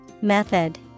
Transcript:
Method